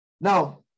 Now